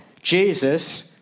Jesus